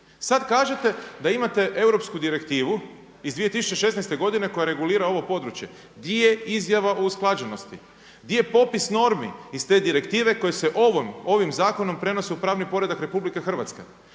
Sad kažete da imate europsku direktivu iz 2016. godine koja regulira ovo područje. Di je izjava o usklađenosti? Di je popis normi iz te direktive koji se ovim zakonom prenose u pravni poredak Republike Hrvatske?